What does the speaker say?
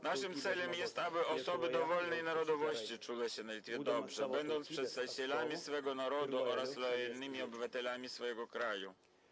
Naszym celem jest, aby osoby dowolnej narodowości czuły się na Litwie dobrze, będąc przedstawicielami swojego narodu oraz lojalnymi obywatelami swojego kraju.